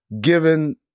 given